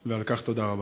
ועל כך תודה רבה.